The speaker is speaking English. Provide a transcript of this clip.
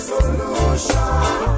Solution